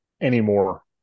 anymore